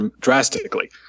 drastically